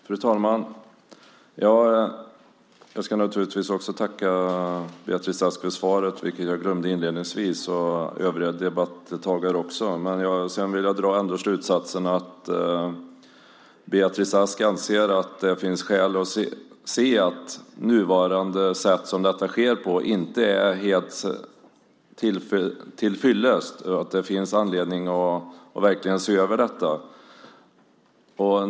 Fru talman! Jag ska naturligtvis tacka Beatrice Ask för svaret, vilket jag och övriga debattdeltagare glömde inledningsvis. Jag drar slutsatsen att Beatrice Ask anser att det sätt som detta sker på för närvarande inte är helt tillfyllest och att det finns anledning att verkligen se över detta.